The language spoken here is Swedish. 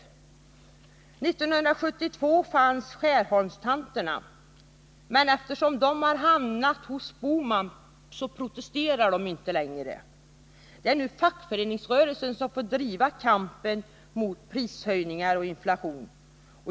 År 1972 fanns ”Skärholmstanterna” , men eftersom de har hamnat hos herr Bohman, protesterar de inte längre. Nu är det fackföreningsrörelsen som driver kampen mot prishöjningar och inflation.